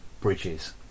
bridges